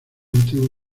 antiguos